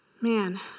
Man